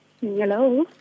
Hello